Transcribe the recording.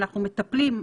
אנחנו מטפלים,